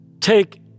Take